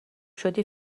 شدی